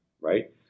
right